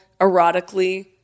erotically